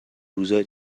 روزای